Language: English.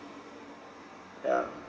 ya